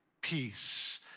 peace